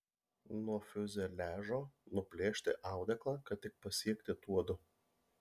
nuo fiuzeliažo nuplėšti audeklą kad tik pasiekti tuodu